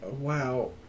Wow